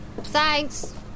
Thanks